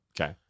Okay